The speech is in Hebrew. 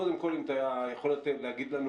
קודם כל, אם אתה יכול להגיד לנו